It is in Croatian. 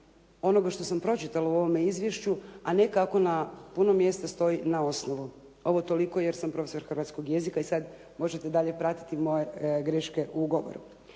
onoga što sam pročitala u ovome izvješću, a ne kako na puno mjesta stoji na osnovu. Ovo toliko jer sam profesor hrvatskog jezika i sad možete dalje pratiti moje greške u govoru.